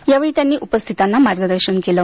यावेळी त्यांनी उपस्थितांना मार्गदर्शन केल